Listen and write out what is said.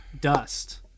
dust